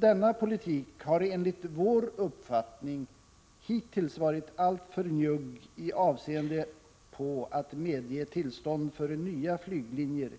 Denna politik har enligt vår uppfattning hittills varit alltför njugg med avseende på medgivandet av tillstånd för nya flyglinjer,